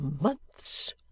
months